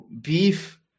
beef